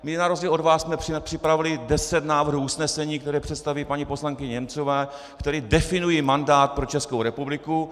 My na rozdíl od vás jsme připravili deset návrhů usnesení, které představí paní poslankyně Němcová, které definují mandát pro Českou republiku.